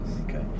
Okay